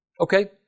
Okay